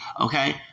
Okay